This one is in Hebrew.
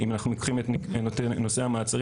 אם אנחנו לוקחים את נושא המעצרים,